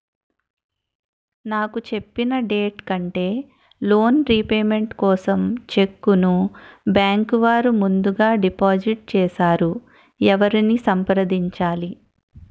నాకు చెప్పిన డేట్ కంటే లోన్ రీపేమెంట్ కోసం చెక్ ను బ్యాంకు వారు ముందుగా డిపాజిట్ చేసారు ఎవరిని సంప్రదించాలి?